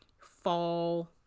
fall